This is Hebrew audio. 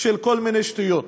כל מיני שטויות.